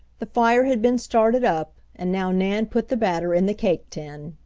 the fire had been started up, and now nan put the batter in the cake tin.